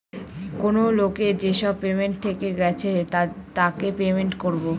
কেনো লোকের যেসব পেমেন্ট থেকে গেছে তাকে পেমেন্ট করবো